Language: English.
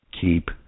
keep